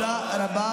תפסיקו כבר.